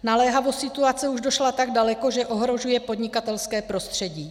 Naléhavost situace už došla tak daleko, že ohrožuje podnikatelské prostředí.